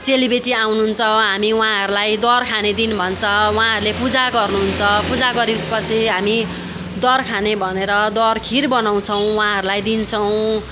चेलीबेटी आउनुहुन्छ हामी उहाँहरूलाई दर खाने दिन भन्छ उहाँहरूले पूजा गर्नुहुन्छ पूजा गरे पछि हामी दर खाने भनेर दर खिर बनाउँछौँ उहाँहरूलाई दिन्छौँ